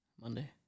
Monday